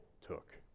took